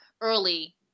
early